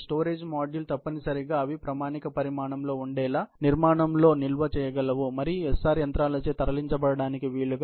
storage module తప్పనిసరిగా అవి ప్రామాణిక పరిమాణంలో ఉండేలా నిర్మాణంలో నిల్వ చేయగలవు మరియు SR యంత్రాలచే తరలించబడాటానికి వీలుగా